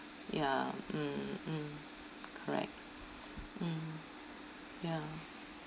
ya mm mm correct mm ya